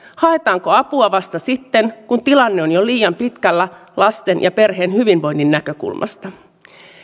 haetaanko apua vasta sitten kun tilanne on jo liian pitkällä lasten ja perheen hyvinvoinnin näkökulmasta